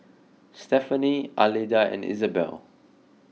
Stefani Alida and Isabel